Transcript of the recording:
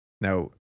Now